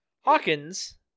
Hawkins